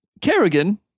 Kerrigan